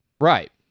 Right